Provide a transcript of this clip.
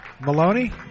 Maloney